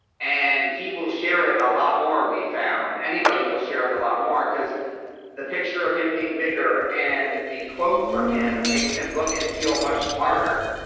and he will share it a lot more. we found anybody we'll share it a lot more because the picture of him being bigger and the quote from him makes him look and feel much smarter.